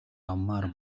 авмаар